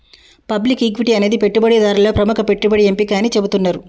public equity అనేది పెట్టుబడిదారులలో ప్రముఖ పెట్టుబడి ఎంపిక అని చెబుతున్నరు